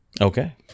Okay